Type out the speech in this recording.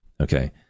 okay